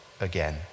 again